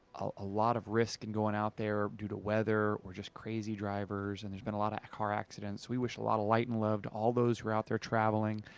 ah a lot of risk in going out there due to weather or just crazy drivers. and there's been a lot of car accidents, so we wish a lot of light and love to all those who are out there traveling.